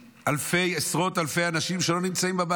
עשרות אלפי אנשים שלא נמצאים בבית.